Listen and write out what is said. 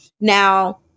Now